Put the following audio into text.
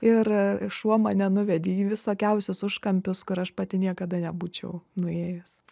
ir šuo mane nuvedė į visokiausius užkampius kur aš pati niekada nebūčiau nuėjus